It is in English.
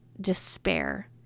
despair